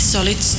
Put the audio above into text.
Solid